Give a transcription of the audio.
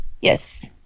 Yes